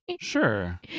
sure